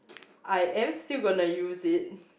I am still gonna use it